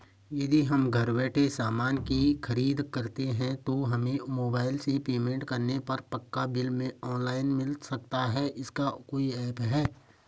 यदि हम घर बैठे सामान की खरीद करते हैं तो हमें मोबाइल से पेमेंट करने पर पक्का बिल ऑनलाइन मिल सकता है इसका कोई ऐप है